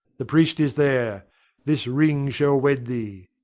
the priest is there this ring shall wed thee.